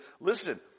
listen